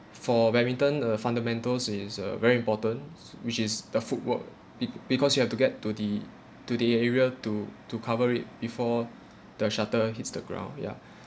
for badminton uh fundamentals is uh very important which is the foot work be~ because you have to get to the to the area to to cover it before the shuttle hits the ground ya